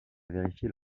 vérifier